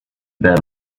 been